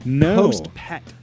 post-pet